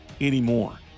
anymore